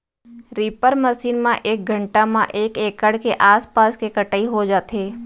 reaper machine म एक घंटा म एक एकड़ के आसपास के कटई हो जाथे